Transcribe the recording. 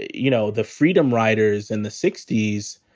you know, the freedom riders in the sixty s,